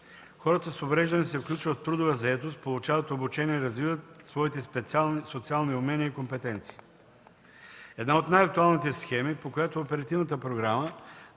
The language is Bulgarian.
хората с увреждания се включват в трудова заетост, получават обучение, развиват своите специални социални умения и компетенции. Една от най-актуалните схеми, по която оперативната програма